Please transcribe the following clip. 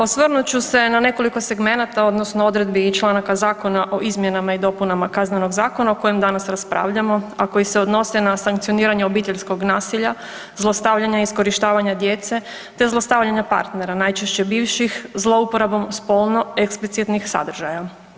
Osvrnut ću se na nekoliko segmenata odnosno odredbi i članaka zakona o izmjenama i dopunama KZ-a o kojem danas raspravljamo, a koji se odnose na sankcioniranje obiteljskog nasilja, zlostavljanja i iskorištavanja djece te zlostavljanje partnera najčešće bivših zlouporabom spolno eksplicitnih sadržaja.